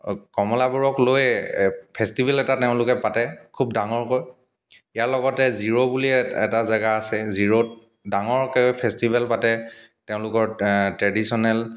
কমলাবোৰক লৈয়ে ফেষ্টিভেল এটা তেওঁলোকে পাতে খুব ডাঙৰকৈ ইয়াৰ লগতে জিৰো বুলি এ এটা জাগা আছে জিৰোত ডাঙৰকৈ ফেষ্টিভেল পাতে তেওঁলোকৰ ট্ৰেডিশ্যনেল